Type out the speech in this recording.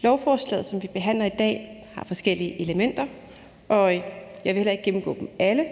Lovforslaget, som vi behandler i dag, har forskellige elementer. Jeg vil ikke gennemgå dem alle,